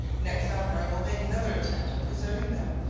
next summer i will make another attempt at preserving them,